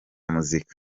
muzika